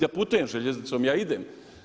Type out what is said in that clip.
Ja putujem željeznicom, ja idem.